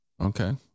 Okay